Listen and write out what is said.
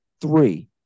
three